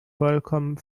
vollkommen